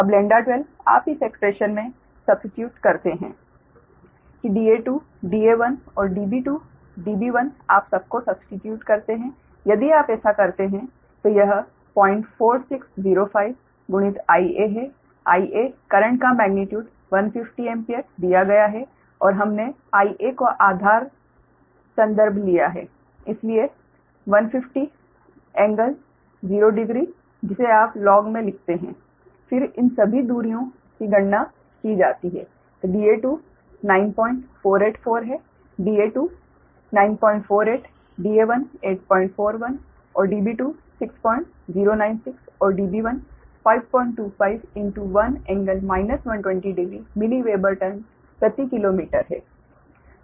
अब 12 आप इस एक्स्प्रेशन में सब्स्टीट्यूट करते हैं कि Da2 Da1 और Db2 Db1 आप सबको सब्स्टीट्यूट करते हैं यदि आप ऐसा करते हैं तो यह 04605 गुणित Ia है Ia करेंट का मेग्नीट्यूड 150 एम्पीयर दिया गया है और हमने Ia को आधार संदर्भ लिया है इसलिए 150 कोण 0 डिग्री है जिसे आप लॉग में लिखते हैं फिर इन सभी दूरियों की गणना की जाती है Da2 9484 है Da2 948 Da1 841 और Db2 6096 और Db1 5251∟ 1200 मिल्ली वेबर टन प्रति किलोमीटर है